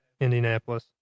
Indianapolis